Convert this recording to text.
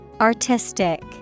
Artistic